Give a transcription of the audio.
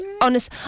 honest